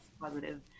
positive